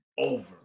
Over